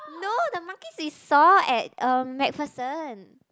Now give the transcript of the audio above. no the monkeys we saw at uh MacPherson